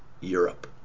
Europe